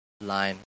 line